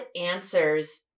answers